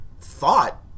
thought